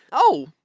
oh!